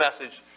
message